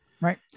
Right